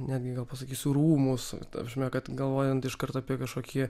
netgi gal pasakysiu rūmus ta prasme kad galvojant iš karto kažkokį